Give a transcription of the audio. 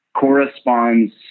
corresponds